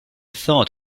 thought